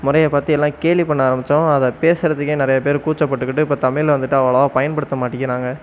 முறையை பார்த்து எல்லாம் கேலி பண்ண ஆரம்மிச்சவங்க அதை பேசுகிறதுக்கே நிறையா பேரு கூச்சப்பட்டுக்கிட்டு இப்போ தமிழை வந்துவிட்டு அவ்வளோவா பயன்படுத்த மாட்டேங்கிறாங்க